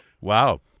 Wow